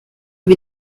wie